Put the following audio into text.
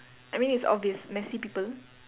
I mean it's obvious messy people